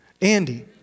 Andy